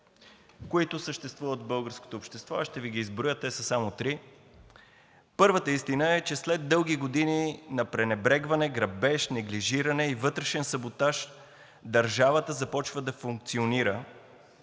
които съществуват в българското общество, аз ще Ви ги изброя – те са само три. Първата истина е, че след дълги години на пренебрегване, грабеж, неглижиране и вътрешен саботаж държавата започва да функционира